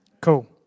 Cool